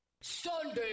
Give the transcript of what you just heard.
Sunday